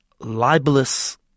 libelous